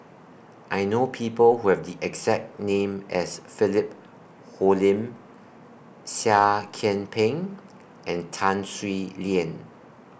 I know People Who Have The exact name as Philip Hoalim Seah Kian Peng and Tan Swie Lian